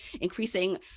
increasing